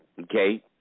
okay